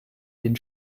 den